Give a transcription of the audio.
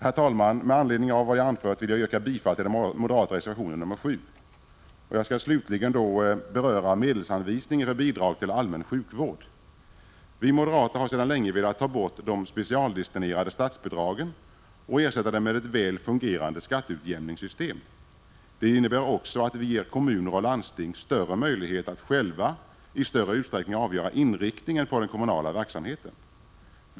Herr talman! Med anledning av vad jag anfört vill jag yrka bifall till den moderata reservationen 7. Jag skall slutligen beröra medelsanvisningen för bidrag till allmän sjukvård. Vi moderater har sedan länge velat ta bort de specialdestinerade statsbidragen och ersätta dem med ett väl fungerande skatteutjämningssystem. Det innebär också att vi ger kommuner och landsting möjlighet att i större utsträckning själva avgöra inriktningen på den kommunala verksamheten.